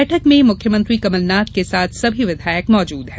बैठक में मुख्यमंत्री कमलनाथ के साथ सभी विधायक मौजूद हैं